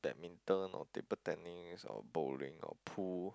badminton or table tennis or bowling or pool